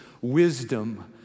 wisdom